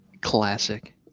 classic